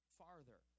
farther